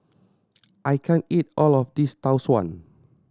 I can't eat all of this Tau Suan